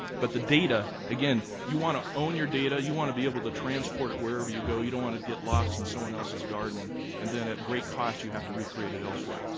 but the data again, you want to own your data. you want to be able to transport it wherever you go. you don't want it to get lost in someone else's garden and then at great cost, you have to recreate it elsewhere.